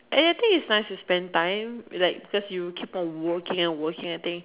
I think is nice to spend time is like you keep on working and working I think